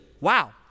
Wow